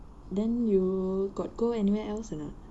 then you got go anywhere else or not